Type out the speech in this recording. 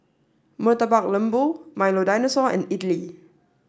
Murtabak Lembu Milo Dinosaur and Idly